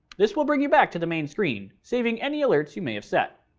this will bring you back to the main screen, saving any alerts you may have set.